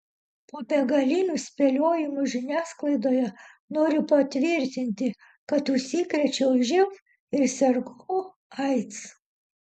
po begalinių spėliojimų žiniasklaidoje noriu patvirtinti kad užsikrėčiau živ ir sergu aids